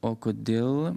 o kodėl